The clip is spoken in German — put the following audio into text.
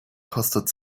kostet